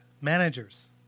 managers